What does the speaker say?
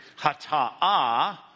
Hataa